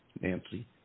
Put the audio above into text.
Nancy